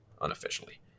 unofficially